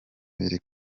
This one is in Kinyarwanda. biri